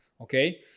Okay